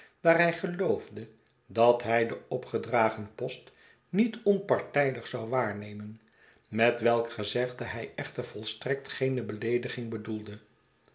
daar hij geloofde dat hij den opgedragen post niet onpartijdig zou waarnemen met welk gezegde hij echter volstrekt geene beleediging bedoelde